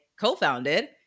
co-founded